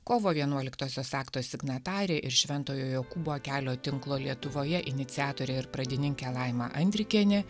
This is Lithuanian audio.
kovo vienuoliktosios akto signatarė ir šventojo jokūbo kelio tinklo lietuvoje iniciatorė ir pradininkė laima andrikienė